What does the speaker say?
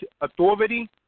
authority